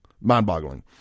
mind-boggling